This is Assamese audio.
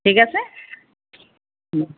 ঠিক আছে